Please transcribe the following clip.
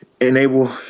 enable